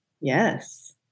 Yes